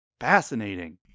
fascinating